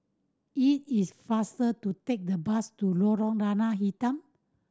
it is faster to take the bus to Lorong Lada Hitam